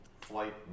flight